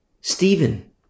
Stephen